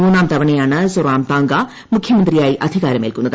മൂന്നാംതവണയാണ് Zoramthanga മുഖ്യമന്ത്രിയായി അധികാരം ഏൽക്കുന്നത്